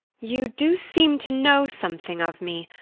you do seem to know something of me,